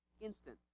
Instant